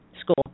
School